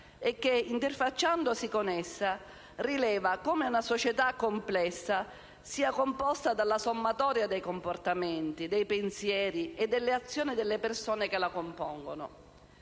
e che, interfacciandosi con essa, rileva come una società complessa sia composta dalla sommatoria dei comportamenti, dei pensieri e delle azioni delle persone che la compongono.